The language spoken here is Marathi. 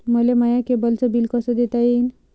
मले माया केबलचं बिल कस देता येईन?